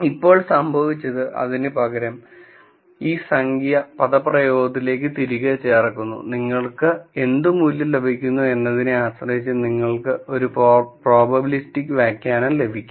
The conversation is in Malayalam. ഇപ്പോൾ സംഭവിച്ചത് അതിനുപകരം ഈ സംഖ്യ ഈ പദപ്രയോഗത്തിലേക്ക് തിരികെ ചേർക്കുന്നു നിങ്ങൾക്ക് എന്ത് മൂല്യം ലഭിക്കുന്നു എന്നതിനെ ആശ്രയിച്ച് നിങ്ങൾക്ക് ഒരു പ്രോബബിലിസ്റ്റിക് വ്യാഖ്യാനം ലഭിക്കും